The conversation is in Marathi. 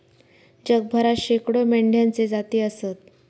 जगभरात शेकडो मेंढ्यांच्ये जाती आसत